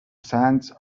sands